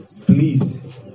please